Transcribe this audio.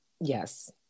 Yes